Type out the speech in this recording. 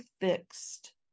fixed